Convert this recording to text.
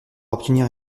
obtenir